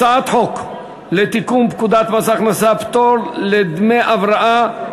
הצעת חוק לתיקון פקודת מס הכנסה (פטור לדמי הבראה),